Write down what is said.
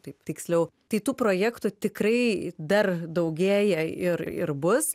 taip tiksliau tai tų projektų tikrai dar daugėja ir ir bus